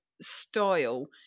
style